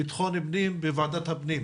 ביטחון פנים, בוועדת הפנים.